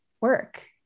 work